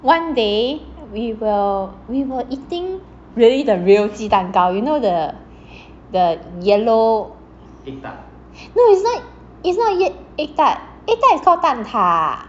one day we were we were eating really the real 鸡蛋糕 you know the the yellow no it's not it's not egg tart egg tart is called 蛋挞